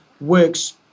works